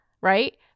right